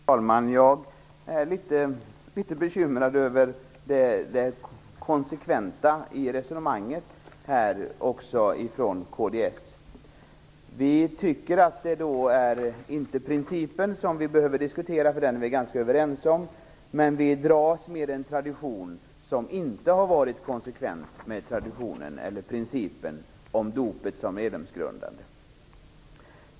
Fru talman! Jag är litet bekymrad över det konsekventa i resonemanget från kds. Vi behöver inte diskutera principen. Den är vi ganska överens om. Men vi dras med en tradition som inte har varit konsekvent om principen att dopet skall vara medlemsgrundande.